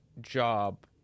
job